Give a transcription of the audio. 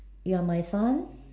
you're my son